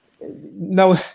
no